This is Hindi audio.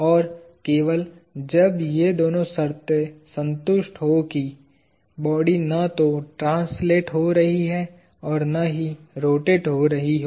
और केवल जब ये दोनों शर्तें संतुष्ट हों कि बॉडी न तो ट्रांसलेट हो रही हो और न ही रोटेट हो रही हो